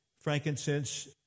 frankincense